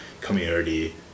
community